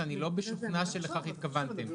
שאני לא משוכנע שלכך התכוונתם,